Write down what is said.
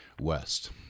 West